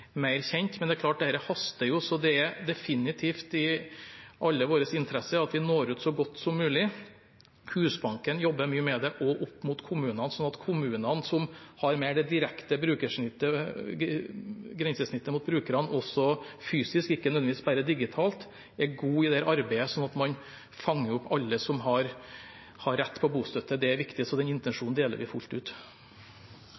mer kjent. Men det er klart at dette haster, så det er definitivt i alles interesse at vi når ut så godt som mulig. Husbanken jobber mye med det, også opp mot kommunene. Kommunene, som har mer direkte grensesnitt mot brukerne – også fysisk, ikke nødvendigvis bare digitalt – er gode i dette arbeidet, slik at man fanger opp alle som har rett på bostøtte. Det er viktig, så den